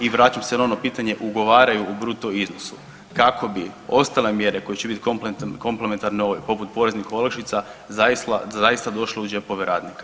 I vraćam se na ono pitanje ugovaraju u bruto iznosu kako bi ostale mjere koje će biti komplementarne ovoj poput poreznih olakšica zaista došle u džepove radnika.